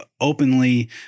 openly